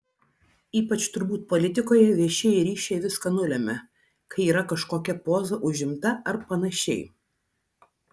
ypač turbūt politikoje viešieji ryšiai viską nulemia kai yra kažkokia poza užimta ar panašiai